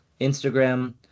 instagram